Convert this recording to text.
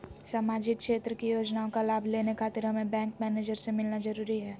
सामाजिक क्षेत्र की योजनाओं का लाभ लेने खातिर हमें बैंक मैनेजर से मिलना जरूरी है?